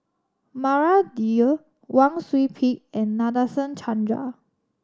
Maria Dyer Wang Sui Pick and Nadasen Chandra